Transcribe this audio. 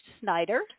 Snyder